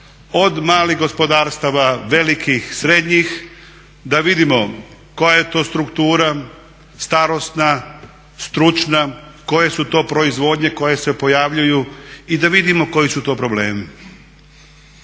od malih gospodarstava, velikih, srednjih da vidimo koja je to struktura, starosna, stručna, koje su to proizvodnje koje se pojavljuju i da vidimo koji su to problemi.